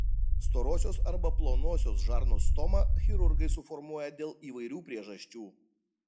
storosios arba plonosios žarnos stomą chirurgai suformuoja dėl įvairių priežasčių